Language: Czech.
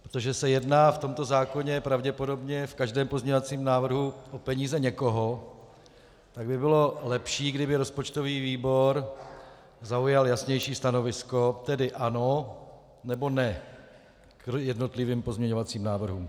Protože se jedná v tomto zákoně pravděpodobně v každém pozměňovacím návrhu o peníze někoho, tak by bylo lepší, kdyby rozpočtový výbor zaujal jasnější stanovisko, tedy ano, nebo ne k jednotlivým pozměňovacím návrhům.